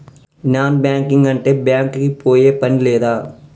Non banking అంటే bank కి పోయే పని లేదా?